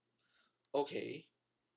okay